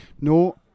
No